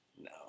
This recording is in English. no